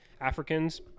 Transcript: Africans